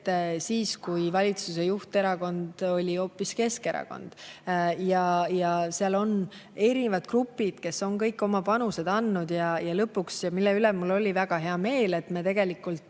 siis, kui valitsuse juhterakond oli hoopis Keskerakond. Seal on erinevad grupid, kes on kõik oma panuse andnud. Ja mille üle mul oli väga hea meel, et me tegelikult